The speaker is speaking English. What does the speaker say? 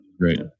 Great